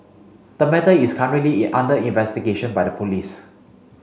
the matter is currently under investigation by the police